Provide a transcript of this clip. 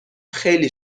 خیلی